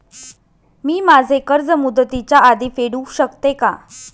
मी माझे कर्ज मुदतीच्या आधी फेडू शकते का?